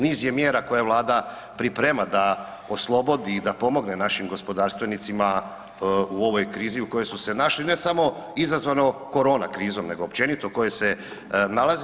Niz je mjera koje Vlada priprema da oslobodi i da pomogne našim gospodarstvenicima u ovoj krizi u kojoj su se našli ne samo izazvano korona krizom nego općenito u kojoj se nalaze.